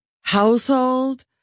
household